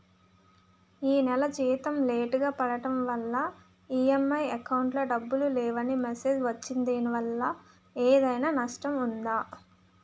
ఈ నెల జీతం లేటుగా పడటం వల్ల ఇ.ఎం.ఐ అకౌంట్ లో డబ్బులు లేవని మెసేజ్ వచ్చిందిదీనివల్ల ఏదైనా నష్టం ఉందా?